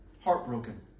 heartbroken